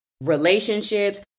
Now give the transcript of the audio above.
relationships